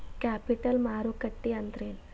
Capital ಮಾರುಕಟ್ಟಿ ಅಂದ್ರೇನ?